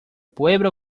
pueblo